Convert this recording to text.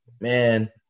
man